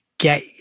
Get